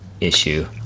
issue